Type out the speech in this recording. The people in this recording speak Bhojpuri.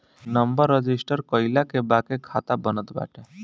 नंबर रजिस्टर कईला के बाके खाता बनत बाटे